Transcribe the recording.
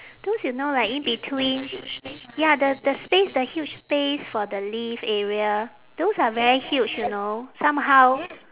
those you know like in between ya the the space the huge space for the lift area those are very huge you know somehow